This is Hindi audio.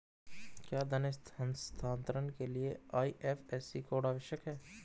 क्या धन हस्तांतरण के लिए आई.एफ.एस.सी कोड आवश्यक है?